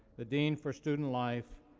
the dean for student life,